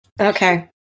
Okay